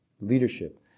leadership